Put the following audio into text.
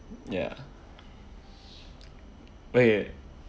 ya okay